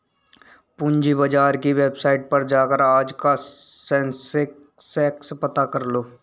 पूंजी बाजार की वेबसाईट पर जाकर आज का सेंसेक्स पता करलो